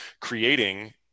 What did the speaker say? creating